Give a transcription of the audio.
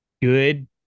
good